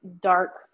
dark